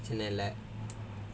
சிலதுல:silathula